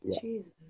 jesus